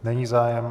Není zájem.